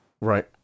Right